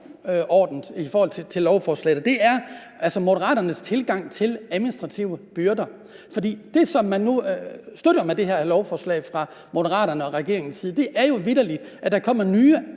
i forhold til lovforslaget, og det er om Moderaternes tilgang til administrative byrder. For det, som man nu støtter med det her lovforslag fra Moderaternes og regeringens side, er jo vitterlig, at der kommer nye